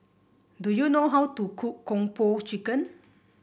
do you know how to cook Kung Po Chicken